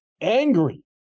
angry